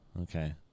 okay